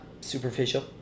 superficial